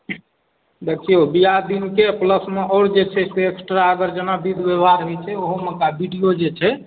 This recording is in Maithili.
देखिऔ बियाह दिनके आ प्लसमे आओर जे छै एक्स्ट्रा जेना विध व्यवहार होइ छै ओहोमे का विडिओ जे छै